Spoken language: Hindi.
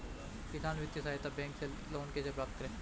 किसान वित्तीय सहायता बैंक से लोंन कैसे प्राप्त करते हैं?